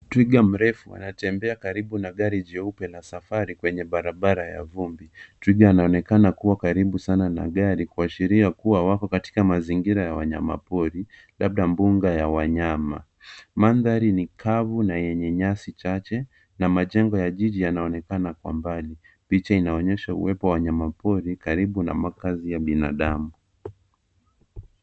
Twiga mrefu anatembea karibu na gari jeupe la safari kwenye barabara ya vumbi. Twiga anaonekana kuwa karibu sana na gari kuashiria kuwa wako katika mazingira ya wanyama pori labda mbuga la wanyama. Manthari ni kavu na yenye nyasi chache na majengo ya jiji yanaonekana kwa mbali. Picha inaonyesha uwepo ya wanyama pori karibu na makaazi ya binadamu.